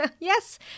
Yes